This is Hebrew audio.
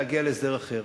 להגיע להסדר אחר.